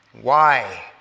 Why